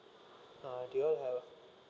uh do you all have